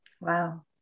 Wow